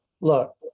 Look